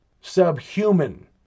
subhuman